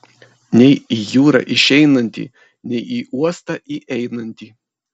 nei į jūrą išeinantį nei į uostą įeinantį